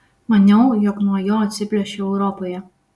maniau jog nuo jo atsiplėšiau europoje